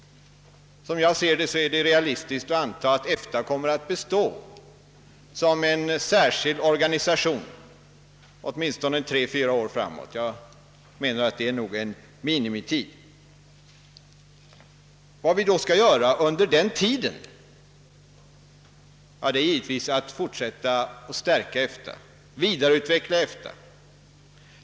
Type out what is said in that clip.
Som jag ser det är det realistiskt att anta att EFTA kommer att bestå som en särskild organisation åtminstone tre å fyra år framåt; det är nog en minimitid. Vad vi skall göra under denna tid är givetvis att fortsätta att stärka och vidareutveckla EFTA.